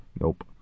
Nope